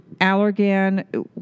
Allergan